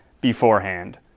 beforehand